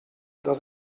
das